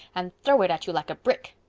and throw it at you like a brick.